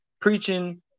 preaching